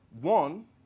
one